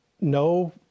no